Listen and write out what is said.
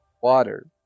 water